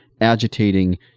agitating